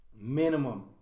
minimum